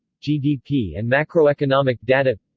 gdp and macroeconomic data